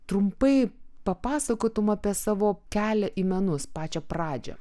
trumpai papasakotum apie savo kelią į menus pačią pradžią